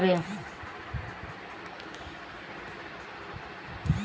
municipal चाहे नगर निगम बांड के शहरी स्थानीय निकाय जारी करत हवे